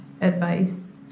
advice